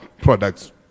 products